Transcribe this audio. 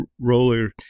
roller